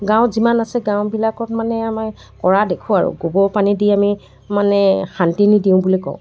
গাঁও যিমান অছে গাঁওবিলাকত মানে আমাৰ কৰা দেখোঁ আৰু গোবৰ পানী দি আমি মানে শান্তিনী দিওঁ বুলি কওঁ